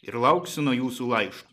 ir lauksiu nuo jūsų laiš